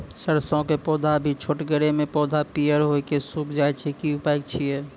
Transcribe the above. सरसों के पौधा भी छोटगरे मे पौधा पीयर भो कऽ सूख जाय छै, की उपाय छियै?